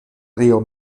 río